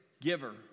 giver